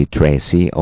Tracy